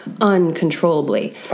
uncontrollably